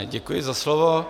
Děkuji za slovo.